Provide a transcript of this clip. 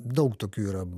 daug tokių yra